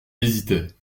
hésitait